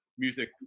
music